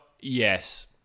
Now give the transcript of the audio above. yes